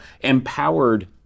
empowered